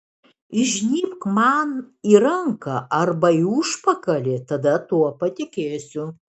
įžnybk man į ranką arba į užpakalį tada tuo patikėsiu